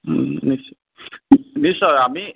নিশ্চয় আমি